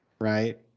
right